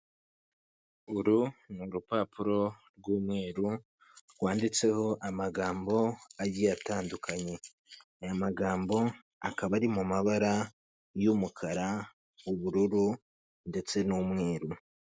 Uru ni urupapuro rw'umweru rwanditseho amagambo agiye atandukanye. Aya magambo akaba ari mu mabara y'umukara, ubururu ndetse n'umweru.